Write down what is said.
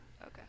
Okay